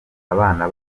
abana